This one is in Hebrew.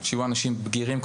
שיהיו אנשים בגירים.